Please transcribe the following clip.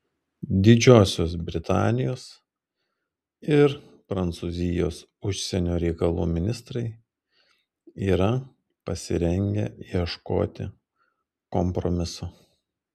didžiosios britanijos ir prancūzijos užsienio reikalų ministrai yra pasirengę ieškoti kompromiso